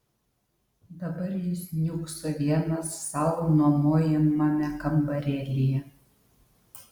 dabar jis niūkso vienas sau nuomojamame kambarėlyje